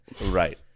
Right